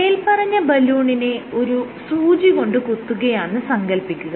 മേല്പറഞ്ഞ ബലൂണിനെ ഒരു സൂചികൊണ്ട് കുത്തുകയാണെന് സങ്കൽപ്പിക്കുക